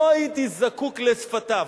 לא הייתי זקוק לשפתיו.